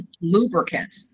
lubricant